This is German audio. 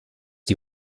die